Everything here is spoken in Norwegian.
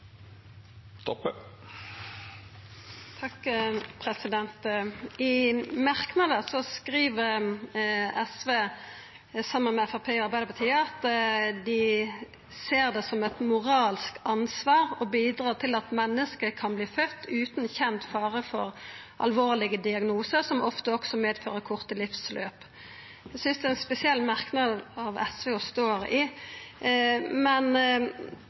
I ein merknad skriv SV, saman med Framstegspartiet og Arbeidarpartiet, at dei «ser det også som et moralsk ansvar å bidra til at mennesker kan bli født uten kjent fare for alvorlige diagnoser som ofte også medfører korte livsløp.» Eg synest det er ein spesiell merknad å stå i av SV,